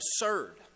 absurd